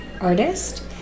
Artist